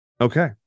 okay